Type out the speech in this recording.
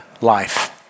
life